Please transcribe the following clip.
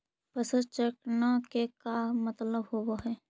फसल चक्र न के का मतलब होब है?